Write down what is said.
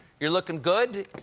you're looking good,